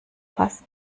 fass